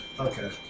Okay